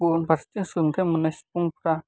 गुबुन फारसेथिं सोलोंथाइ मोन्नाय सुबुंफ्रा